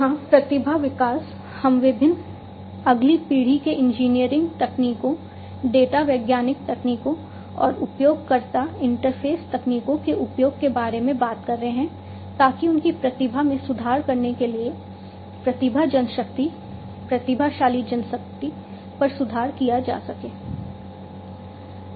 यहां प्रतिभा विकास हम विभिन्न अगली पीढ़ी के इंजीनियरिंग तकनीकों डेटा वैज्ञानिक तकनीकों और उपयोगकर्ता इंटरफ़ेस तकनीकों के उपयोग के बारे में बात कर रहे हैं ताकि उनकी प्रतिभा में सुधार करने के लिए प्रतिभा जनशक्ति प्रतिभाशाली जनशक्ति पर सुधार किया जा सके